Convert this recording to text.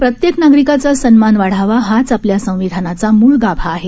प्रत्येक नागरिकांचा सम्मान वाढावा हाच आपल्या संविधानाचा मूळ गाभा आहे